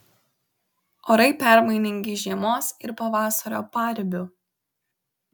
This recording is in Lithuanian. orai permainingi žiemos ir pavasario paribiu